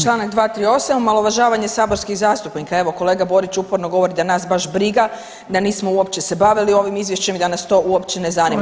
Čl. 238., omalovažavanje saborskih zastupnika, evo kolega Borić uporno govori da nas baš briga, da nismo uopće se bavili ovim izvješćem i da nas to uopće ne zanima.